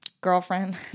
girlfriend